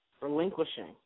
relinquishing